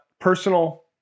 personal